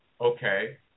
okay